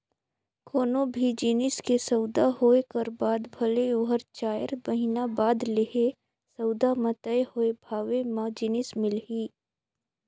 कोनो भी जिनिस के सउदा होए कर बाद भले ओहर चाएर महिना बाद लेहे, सउदा म तय होए भावे म जिनिस मिलही